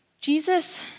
Jesus